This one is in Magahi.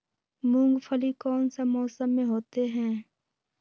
मूंगफली कौन सा मौसम में होते हैं?